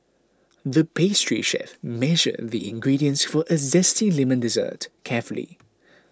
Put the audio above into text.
the pastry chef measured the ingredients for a Zesty Lemon Dessert carefully